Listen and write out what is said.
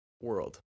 world